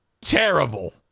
terrible